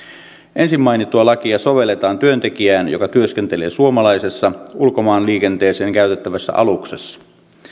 ensin mainittua lakia sovelletaan työntekijään joka työskentelee suomalaisessa ulkomaanliikenteeseen käytettävässä aluksessa